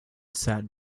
sat